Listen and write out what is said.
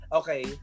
okay